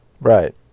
Right